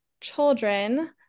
children